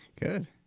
Good